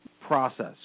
process